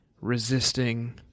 resisting